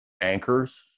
anchors